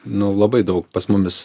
nu labai daug pas mumis